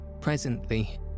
Presently